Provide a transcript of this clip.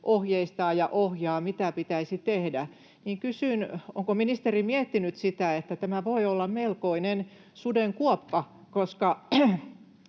ohjeistaa ja ohjaa, mitä pitäisi tehdä, niin kysyn, onko ministeri miettinyt sitä, että tämä voi olla melkoinen sudenkuoppa, koska